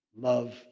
love